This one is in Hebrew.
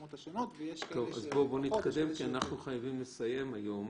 אתם יכולים לקבל החלטה שלא,